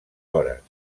hores